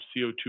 CO2